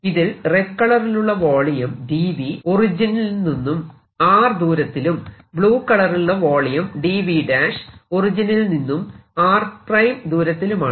ഇതിൽ റെഡ് കളറിലുള്ള volume origin ൽ നിന്നും r ദൂരത്തിലും ബ്ലൂ കളറിലുള്ള വോളിയം dV ഒറിജിനിൽ നിന്നും r ദൂരത്തിലുമാണ്